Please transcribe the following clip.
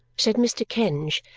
said mr. kenge,